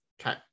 Okay